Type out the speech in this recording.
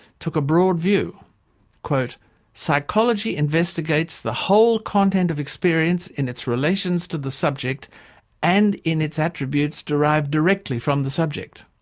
took a broad view psychology investigates the whole content of experience in its relations to the subject and in its attributes derived directly from the subject.